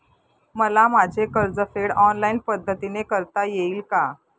मला माझे कर्जफेड ऑनलाइन पद्धतीने करता येईल का?